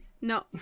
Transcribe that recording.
No